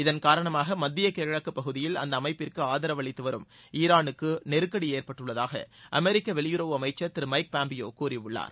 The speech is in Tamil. இதன் காரணமாக மத்திய கிழக்குப்பகுதியில் அந்த அமைப்பிற்கு ஆதரவு அளித்துவரும் ஈரானுக்கு நெருக்கடி ஏற்பட்டுள்ளதாக அமெரிக்க வெளியுறவு அமைச்சர் திரு மைக் பாம்பியோ கூறியுள்ளார்